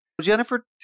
Jennifer